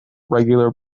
regular